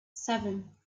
seven